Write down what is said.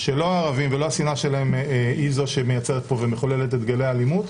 שלא הערבים ולא השנאה שלהם היא זו שמייצרת פה ומחוללת את גלי האלימות,